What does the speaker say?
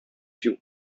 più